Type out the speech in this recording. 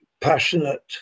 passionate